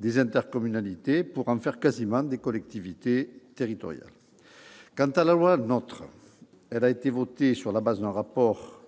des intercommunalités, pour en faire quasiment des collectivités territoriales. Quant à la loi NOTRe, elle a été votée sur la base d'un rapport